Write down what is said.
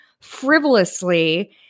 frivolously